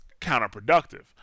counterproductive